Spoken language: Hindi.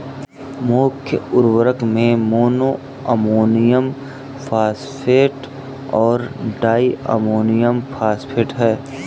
मुख्य उर्वरक में मोनो अमोनियम फॉस्फेट और डाई अमोनियम फॉस्फेट हैं